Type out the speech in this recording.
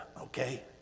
okay